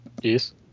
Yes